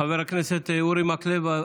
חבר הכנסת אורי מקלב.